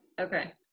Okay